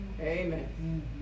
Amen